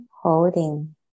holding